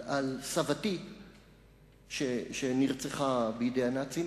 על סבתי שנרצחה בידי הנאצים,